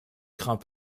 craint